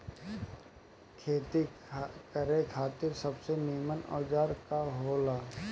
खेती करे खातिर सबसे नीमन औजार का हो ला?